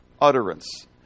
utterance